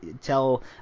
tell